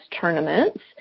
tournaments